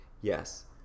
yes